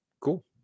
cool